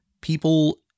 people